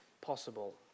possible